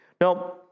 Now